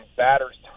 batter's